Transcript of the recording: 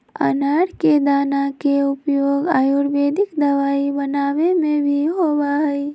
अनार के दाना के उपयोग आयुर्वेदिक दवाई बनावे में भी होबा हई